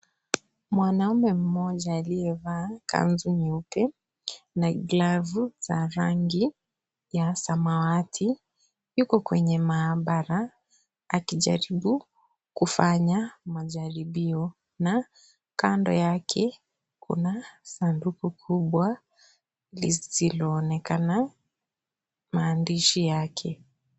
Mwanaume mmoja aliyevaa kanzu nyeupe na glavu za rangi ya samawati, yuko kwenye maabara akijaribu kufanya majaribio na kando yake kuna sanduku kubwa lisiloonekana maandishi yake.